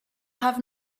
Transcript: have